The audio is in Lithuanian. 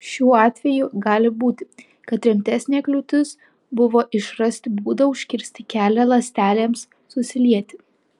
šiuo atveju gali būti kad rimtesnė kliūtis buvo išrasti būdą užkirsti kelią ląstelėms susilieti